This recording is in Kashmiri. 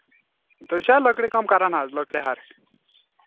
تُہۍ چھِ حظ لٔکرِ کٲم کرن از لٔکرِ حظ